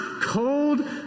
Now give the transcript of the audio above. cold